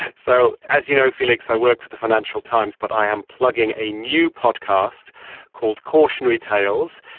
so as you know, felix, i work for the financial times, but i am plugging a new podcast called cautionary tales.